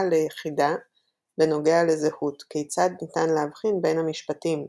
לחידה בנוגע לזהות – כיצד ניתן להבחין בין המשפטים "א'